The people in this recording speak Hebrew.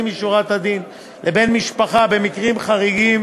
משורת הדין לבן משפחה במקרים חריגים